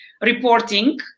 reporting